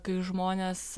kai žmonės